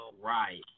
right